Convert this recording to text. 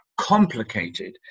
Complicated